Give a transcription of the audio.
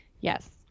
yes